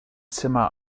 zimmer